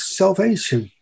salvation